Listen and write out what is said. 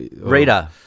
Rita